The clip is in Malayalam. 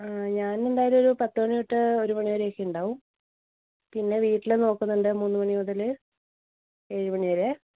ആ ഞാനെന്തായാലും ഒരു പത്ത് മണി തൊട്ട് ഒരു മണി വരെയൊക്കെ ഉണ്ടാവും പിന്നെ വീട്ടിൽ നോക്കുന്നുണ്ട് മൂന്ന് മണി മുതൽ ഏഴ് മണി വരെ